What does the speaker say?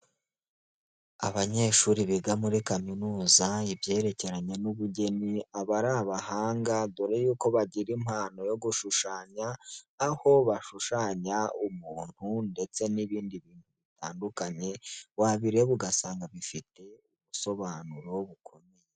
Abanyeshuri biga muri kaminuza ibyerekeranye n'ubugeni, aba ari abahanga, dore y'uko bagira impano yo gushushanya, aho bashushanya umuntu ndetse n'ibindi bintu bitandukanye, wabireba ugasanga bifite ubusobanuro bukomeye.